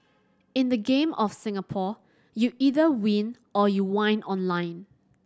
in the Game of Singapore you either win or you whine online